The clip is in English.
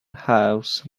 house